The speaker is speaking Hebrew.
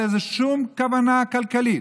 לא הייתה בזה שום כוונה כלכלית.